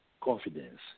confidence